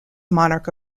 monarch